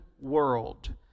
world